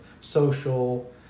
social